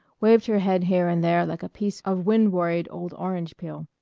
waved her head here and there like a piece of wind-worried old orange-peel.